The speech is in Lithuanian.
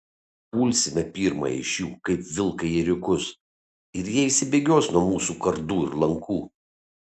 pulsime pirmąją iš jų kaip vilkai ėriukus ir jie išsibėgios nuo mūsų kardų ir lankų